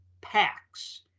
packs